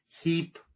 heap